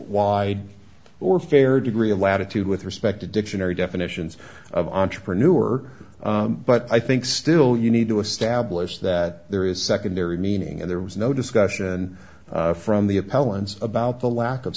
wide or fair degree of latitude with respect to dictionary definitions of entrepreneur but i think still you need to establish that there is secondary meaning and there was no discussion from the appellant's about the lack of